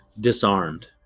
disarmed